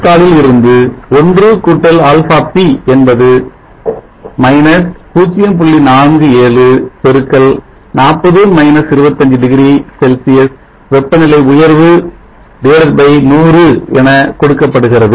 47 x 0C வெப்பநிலை உயர்வு 100 என கொடுக்கப்படுகிறது